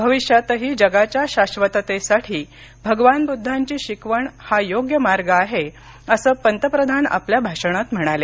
भविष्यातही जगाच्या शाश्वततेसाठी भगवान बुद्धांची शिकवण हा योग्य मार्ग आहे असं पंतप्रधान आपल्या भाषणात म्हणाले